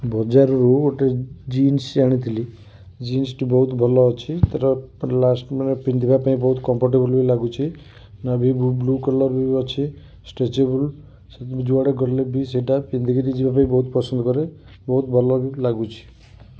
ବଜାର ରୁ ଗୋଟେ ଜିନ୍ସ ଆଣିଥିଲି ଜିନ୍ସ ଟି ବହୁତ ଭଲ ଅଛି ତାର ତାର ଲାଷ୍ଟ ମାନେ ପିନ୍ଧିବା ପାଇଁ ବହୁତ କମ୍ଫୋର୍ଟେବଲ ବି ଲାଗୁଛି ନେଭି ବ୍ଲୁ ବ୍ଲୁ କଲର ର ବି ଅଛି ଷ୍ଟ୍ରେଚେବଲ୍ ସେ ଯୁଆଡ଼େ ଗଲେ ବି ସେଇଟା ପିନ୍ଧିକିରି ଯିବାପାଇଁ ବହୁତ ପସନ୍ଦ କରେ ବହୁତ ଭଲ ବି ଲାଗୁଛି